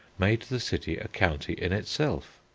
made the city a county in itself.